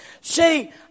See